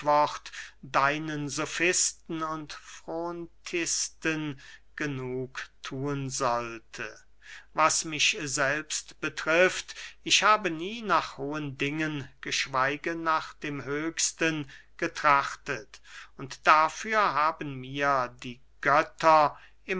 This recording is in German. deinen sofisten und frontisten genug thun sollte was mich selbst betrifft ich habe nie nach hohen dingen geschweige nach dem höchsten getrachtet und dafür haben mir die götter